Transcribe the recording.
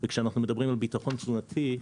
וכשאנחנו מדברים על ביטחון תזונתי,